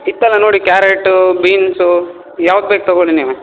ಇತ್ತಲ ನೋಡಿ carrot beans ಯಾವ್ದು ಬೇಕು ತಗೋಳಿ ನೀವೇ